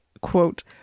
Quote